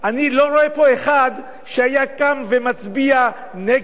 אני לא רואה פה אחד שהיה קם ומצביע נגד.